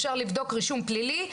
אפשר לבדוק רישום פלילי,